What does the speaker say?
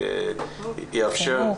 יאפשר לה.